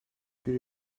bir